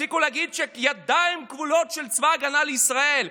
תפסיקו להגיד שהידיים של צבא ההגנה לישראל כבולות.